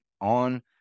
on